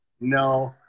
No